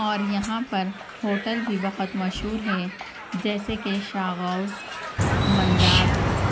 اور یہاں پر ہوٹل بھی بہت مشہور ہے جیسے کہ شاہ غوث مندار